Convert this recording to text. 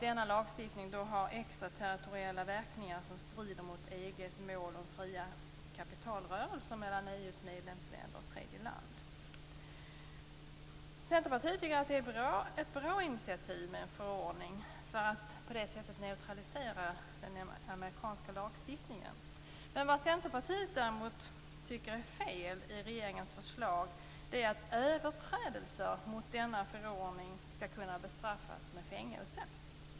Denna lagstiftning har extraterritoriella verkningar som strider mot EG:s mål om fria kapitalrörelser mellan EU:s medlemsländer och tredje land. Centerpartiet tycker att det är ett bra initiativ med en förordning för att på det sättet neutralisera den amerikanska lagstiftningen. Vad Centerpartiet däremot tycker är fel i regeringens förslag är att överträdelser mot denna förordning skall kunna bestraffas med fängelse.